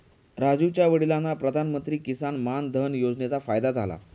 राजीवच्या वडिलांना प्रधानमंत्री किसान मान धन योजनेचा फायदा झाला